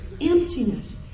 emptiness